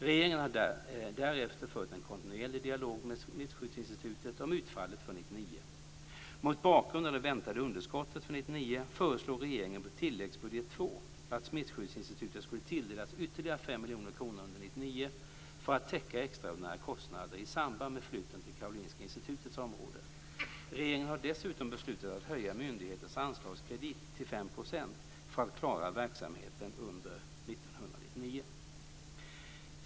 Regeringen har därefter fört en kontinuerlig dialog med Smittskyddsinstitutet om utfallet för 1999. Mot bakgrund av det väntade underskottet för 1999 föreslog regeringen på tilläggsbudget 2 att miljoner kronor under 1999 för att täcka extraordinära kostnader i samband med flytten till Karolinska institutets område. Regeringen har dessutom beslutat att höja myndighetens anslagskredit till 5 % för att klara verksamheten under 1999.